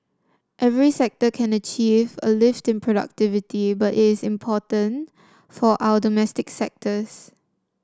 every sector can achieve a lift in productivity but it is important for our domestic sectors